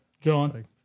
John